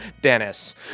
dennis